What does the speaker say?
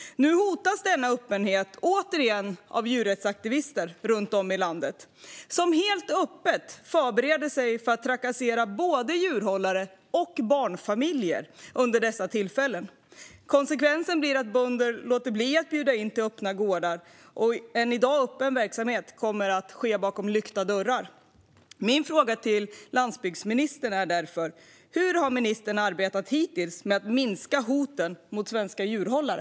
Nu hotas denna öppenhet återigen av djurrättsaktivister runt om i landet som helt öppet förbereder sig för att trakassera både djurhållare och barnfamiljer under dessa tillfällen. Konsekvensen blir att bönder låter bli att bjuda in till öppna gårdar, och en i dag öppen verksamhet kommer att ske bakom lyckta dörrar. Min fråga till landsbygdsministern är därför: Hur har ministern arbetat hittills för att minska hoten mot svenska djurhållare?